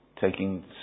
taking